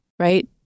Right